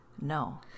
No